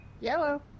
Yellow